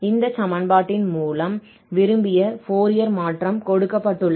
இந்த சமன்பாட்டின் மூலம் விரும்பிய ஃபோரியர் மாற்றம் கொடுக்கப்பட்டுள்ளது